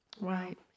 Right